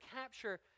capture